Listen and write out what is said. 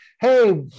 hey